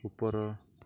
ଉପର